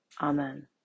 Amen